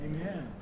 Amen